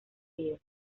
ríos